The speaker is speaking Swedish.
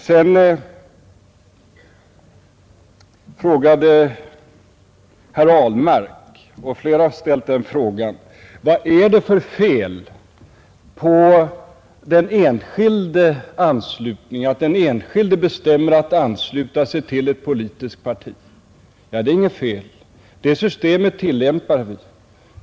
” Sedan frågade herr Ahlmark — och flera har ställt den frågan — vad det är för fel på att den enskilde bestämmer sig för att ansluta sig till ett politiskt parti. Det är inget fel! Det systemet tillämpar vi.